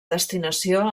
destinació